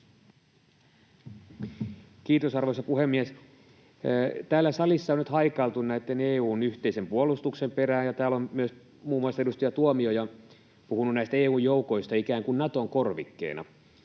Kiitos, arvoisa puhemies! Täällä salissa on nyt haikailtu EU:n yhteisen puolustuksen perään, ja täällä on myös muun muassa edustaja Tuomioja puhunut näistä EU:n joukoista ikään kuin Naton korvikkeena.